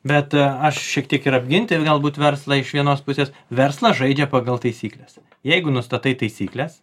bet aš šiek tiek ir apginti galbūt verslą iš vienos pusės verslas žaidžia pagal taisykles jeigu nustatai taisykles